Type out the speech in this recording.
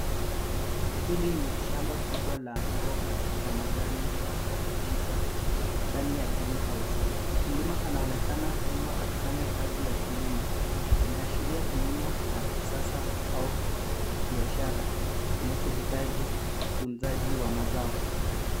Hili ni shamba kubwa la mboga za majani labda mchicha ndani ya greenhouse . Mkulima anaonekana nyuma akifanya kazi ya kulima. Inaashiria kilimo cha kisasa au biashara kinachohitaji utunzaji wa mazao.